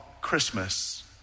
Christmas